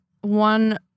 one